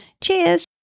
cheers